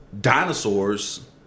dinosaurs